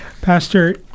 Pastor